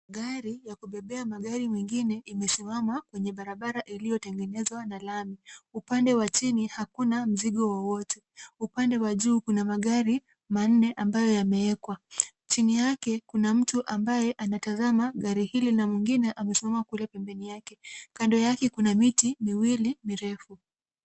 Gari la kubebea magari mengine limesimama kwenye barabara iliyotengenezwa na lami. Upande wa chini hakuna mzigo wowote. Upande wa juu kuna magari manne ambayo yamewekwa. Chini yake kuna mtu ambaye anatazama gari hili na mwingine amesimama kule pembeni mwake. Kando yake kuna miti miwili mirefu.